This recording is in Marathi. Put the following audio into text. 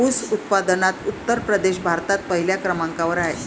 ऊस उत्पादनात उत्तर प्रदेश भारतात पहिल्या क्रमांकावर आहे